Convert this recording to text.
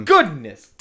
Goodness